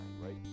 right